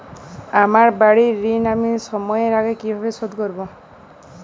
আমার বাড়ীর ঋণ আমি সময়ের আগেই কিভাবে শোধ করবো?